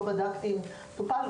אני לא בדקתי אם זה טופל,